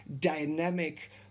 dynamic